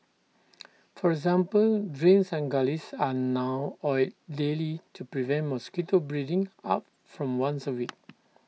for example drains and gullies are now oiled daily to prevent mosquito breeding up from once A week